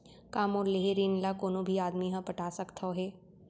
का मोर लेहे ऋण ला कोनो भी आदमी ह पटा सकथव हे?